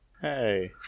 hey